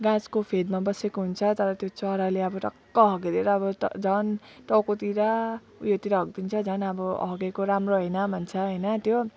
गाछको फेदमा बसेको हुन्छ तर त्यो चराले अब टक्क हगिदिएर अब झन् टाउकोतिर ऊ योतिर हगिदिन्छ झन् अब हगेको राम्रो हैन भन्छ हैन त्यो